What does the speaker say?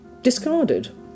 discarded